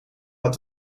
had